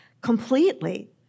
completely